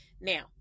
Now